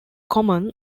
common